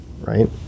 right